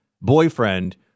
boyfriend